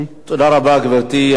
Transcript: תודה רבה, גברתי.